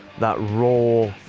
that raw.